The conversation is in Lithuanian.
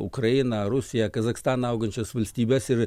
ukrainą rusiją kazachstaną augančias valstybes ir